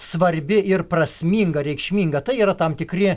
svarbi ir prasminga reikšminga tai yra tam tikri